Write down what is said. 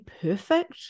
perfect